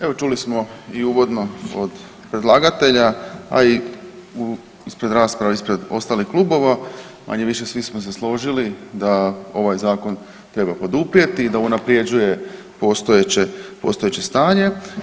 Evo, čuli smo i uvodno od predlagatelja, a i ispred rasprava ispred ostalih klubova, manje-više svi smo se složili da ovaj Zakon treba poduprijeti, da unaprjeđuje postojeće stanje.